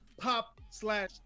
pop/slash